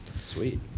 Sweet